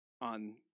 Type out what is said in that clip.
on